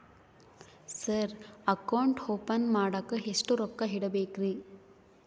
Sir account open ಮಾಡಾಕ ಎಷ್ಟು ರೊಕ್ಕ ಇಡಬೇಕ್ರಿ?